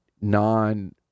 non